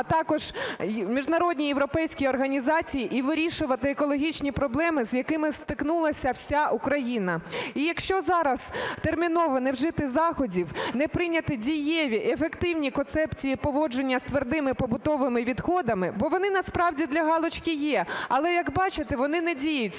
а також міжнародні європейські організації і вирішувати екологічні проблеми, з якими стикнулася вся Україна. І якщо зараз терміново не вжити заходів, не прийняти дієві, ефективні концепції поводження з твердими побутовими відходами, бо вони насправді для галочки є, але, як бачите, вони не діють,